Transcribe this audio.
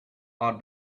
are